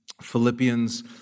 Philippians